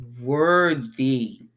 worthy